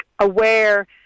aware